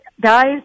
guys